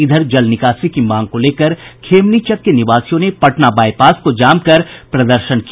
इधर जल निकासी की मांग को लेकर खेमनीचक के निवासियों ने पटना बाईपास को जाम कर प्रदर्शन किया